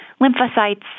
lymphocytes